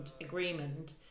agreement